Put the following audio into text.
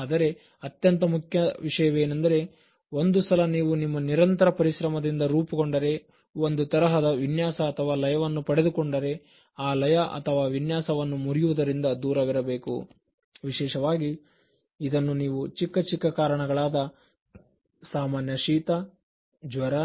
ಆದರೆ ಅತ್ಯಂತ ಮುಖ್ಯ ವಿಷಯವೇನೆಂದರೆ ಒಂದು ಸಲ ನೀವು ನಿಮ್ಮ ನಿರಂತರ ಪರಿಶ್ರಮದಿಂದ ರೂಪುಗೊಂಡರೆ ಒಂದು ತರಹದ ವಿನ್ಯಾಸ ಅಥವಾ ಲಯವನ್ನು ಪಡೆದುಕೊಂಡರೆ ಆ ಲಯ ಅಥವಾ ವಿನ್ಯಾಸವನ್ನು ಮುರಿಯುವುದರಿಂದ ದೂರವಿರಬೇಕು ವಿಶೇಷವಾಗಿ ಇದನ್ನು ನೀವು ಚಿಕ್ಕ ಚಿಕ್ಕ ಕಾರಣಗಳಾದ ಸಾಮಾನ್ಯ ಶೀತ ಜ್ವರ